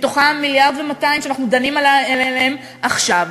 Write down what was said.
מהם 1.2 מיליארד שאנחנו דנים עליהם עכשיו,